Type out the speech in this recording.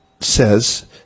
says